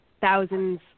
thousands